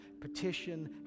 petition